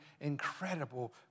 incredible